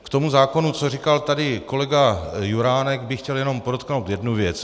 K tomu zákonu, co říkal tady kolega Juránek, bych chtěl jenom podotknout jednu věc.